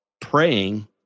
praying